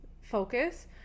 focus